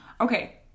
Okay